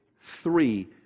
three